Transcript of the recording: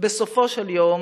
בסופו של יום,